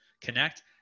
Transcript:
connect